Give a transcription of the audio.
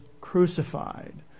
crucified